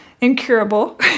incurable